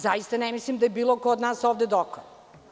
Zaista ne mislim da je bilo ko od nas ovde dokon.